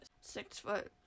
six-foot